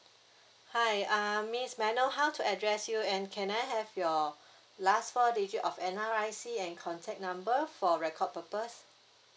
hi uh miss may I know how to address you and can I have your last four digit of N_R_I_C and contact number for record purpose